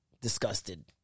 Disgusted